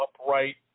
upright